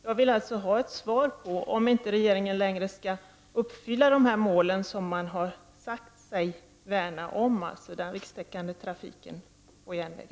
Jag vill alltså ha ett svar på frågan om regeringen inte skall uppfylla de mål man har sagt sig värna om, dvs. den rikstäckande trafiken på järnväg.